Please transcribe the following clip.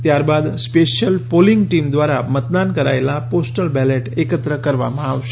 ત્યારબાદ special polling team દ્વારા મતદાન કરાયેલા પોસ્ટલ બેલેટ એકત્ર કરવામાં આવશે